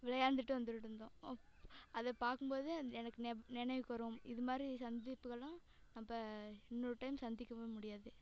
விளையாண்துட்டு வந்துட்டு இருந்தோம் அப் அதை பார்க்கும் போது அது எனக்கு நினைவுக்கு வரும் இதுமாதிரி சந்திப்புகள்லாம் அப்போ இன்னொரு டைம் சந்திக்க முடியாது